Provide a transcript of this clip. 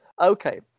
Okay